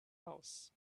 house